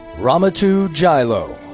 ramatou jalloh.